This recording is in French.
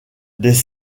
des